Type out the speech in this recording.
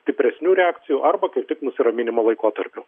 stipresnių reakcijų arba kaip tik nusiraminimo laikotarpiu